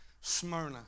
Smyrna